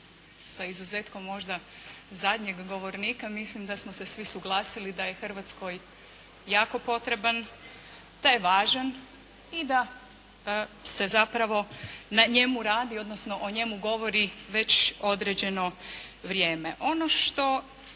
sa izuzetkom možda zadnjeg govornika mislim da smo se svi suglasili da je Hrvatskoj jako potreban, da je važan i da se zapravo na njemu radi, odnosno o njemu govori već određeno vrijeme. Ono što